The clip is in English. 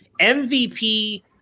MVP –